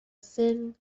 thin